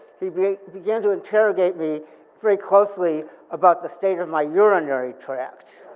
he began began to interrogate me very closely about the state of my urinary tract.